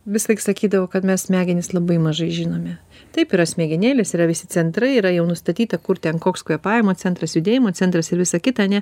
visąlaik sakydavo kad mes smegenis labai mažai žinome taip yra smegenėlės yra visi centrai yra jau nustatyta kur ten koks kvėpavimo centras judėjimo centras ir visą kitą ane